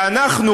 ואנחנו,